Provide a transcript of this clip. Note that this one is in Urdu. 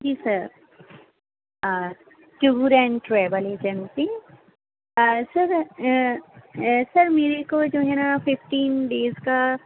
G sir tour and travel agency sir sir میرے کو جو ہے نہ ففٹین ڈیز کا